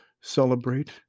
celebrate